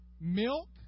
milk